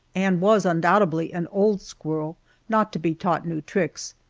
and was undoubtedly an old squirrel not to be taught new tricks.